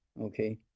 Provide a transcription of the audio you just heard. Okay